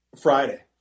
Friday